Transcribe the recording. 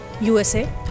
USA